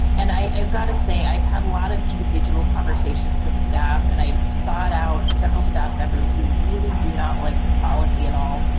and i've got to say, i've had a lot of individual conversations with staff and i've sought out several staff members who really do not like this policy at all,